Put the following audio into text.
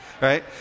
right